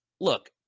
look